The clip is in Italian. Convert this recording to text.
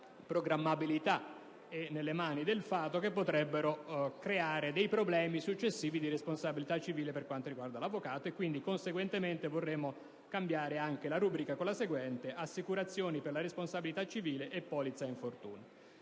e nelle mani del fato, che potrebbero creare problemi successivi di responsabilità civile per quanto riguarda l'avvocato. Conseguentemente, vorremmo sostituire la rubrica con la seguente: «Assicurazione per la responsabilità civile e polizza infortuni».